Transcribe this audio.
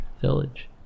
village